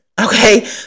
okay